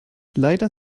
leider